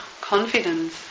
confidence